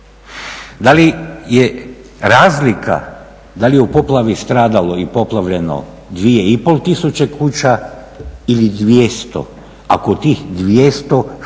Da li je razlika, da li je u poplavi stradalo i poplavljeno 2,5 tisuće kuća ili 200, ako tih 200 šteta